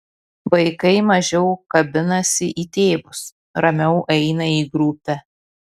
vaikai mažiau kabinasi į tėvus ramiau eina į grupę